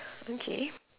okay